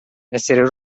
essere